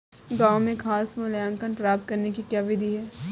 गाँवों में साख मूल्यांकन प्राप्त करने की क्या विधि है?